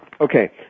Okay